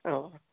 ആണോ